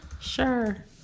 Sure